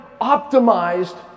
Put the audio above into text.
optimized